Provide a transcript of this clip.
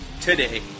today